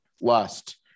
lust